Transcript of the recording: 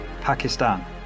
Pakistan